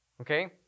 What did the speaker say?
Okay